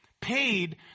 paid